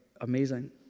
amazing